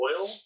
oil